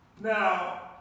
Now